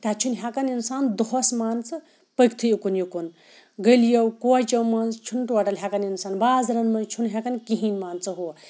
تَتہِ چھُنہٕ ہیٚکان اِنسان دۄہَس مان ژٕ پٔکتھٕے اُکُن یُکُن گٔلیَو کوچَو مٔنٛزۍ چھُنہٕ ٹوٹَل ہیٚکان اِنسان بازرَن مَنٛز چھُ نہٕ ہیٚکان کِہِیٖنۍ مان ژٕ ہہُ